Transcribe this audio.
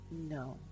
no